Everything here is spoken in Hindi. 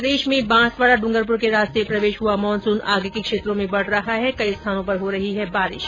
प्रदेश में बांसवाडा डूंगरपुर के रास्ते प्रवेश हआ मानसून आगे के क्षेत्रों में बढ रहा है कई स्थानों पर हो रही है बारिश